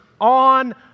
on